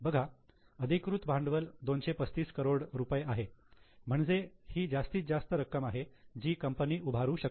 बघा अधिकृत भांडवल 235 करोड रुपये आहे म्हणजे ही जास्तीत जास्त रक्कम आहे जी कंपनी उभारू शकते